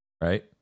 right